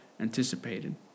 anticipated